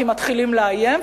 כי מתחילים לאיים,